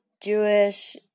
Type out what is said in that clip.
Jewish